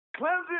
Clemson